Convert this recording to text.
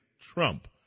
Trump